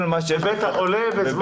בבית החולה בזמן תגובה?